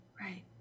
Right